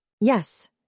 Yes